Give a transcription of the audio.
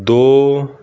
ਦੋ